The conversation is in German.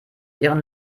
ihren